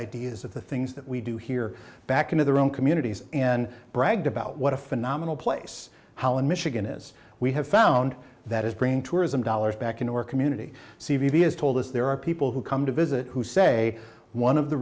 ideas of the things that we do here back into their own communities and bragged about what a phenomenal place how in michigan is we have found that is bringing tours and dollars back in your community c v s told us there are people who come to visit who say one of the